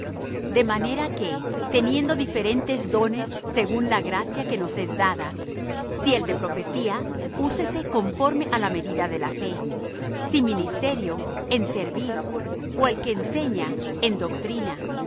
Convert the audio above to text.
de manera que teniendo diferentes dones según la gracia que nos es dada si el de profecía úsese conforme á la medida de la fe si ministerio en servir ó el que enseña en doctrina